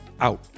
out